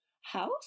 House